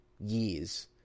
years